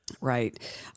Right